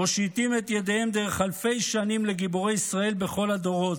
מושיטים את ידיהם דרך אלפי שנים לגיבורי ישראל בכל הדורות,